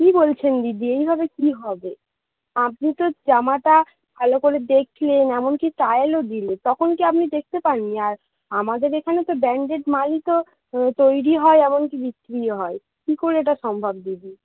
কি বলছেন দিদি এইভাবে কি হবে আপনি তো জামাটা ভালো করে দেখলেন এমনকি ট্রায়ালও দিলেন তখন কি আপনি দেখতে পান নি আর আমাদের এখানে তো ব্র্যান্ডেড মালই তো তৈরি হয় এমনকি বিক্রিও হয় কি করে এটা সম্ভব দিদি